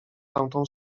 tamtą